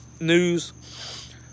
news